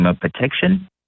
Protection